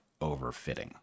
overfitting